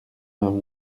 vingt